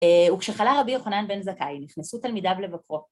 וכשחלה רבי יוחנן בן זכאי, נכנסו תלמידיו לבקרו.